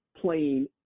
playing